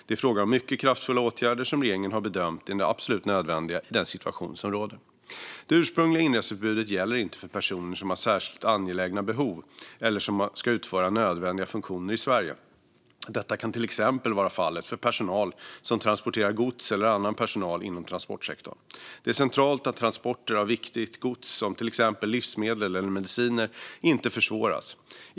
Det är fråga om mycket kraftfulla åtgärder som regeringen har bedömt är absolut nödvändiga i den situation som råder. Det ursprungliga inreseförbudet gäller inte för personer som har särskilt angelägna behov eller som ska utföra nödvändiga funktioner i Sverige. Detta kan till exempel vara fallet för personal som transporterar gods eller för annan personal inom transportsektorn. Det är centralt att transporter av viktigt gods, som till exempel livsmedel och mediciner, inte försvåras.